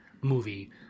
movie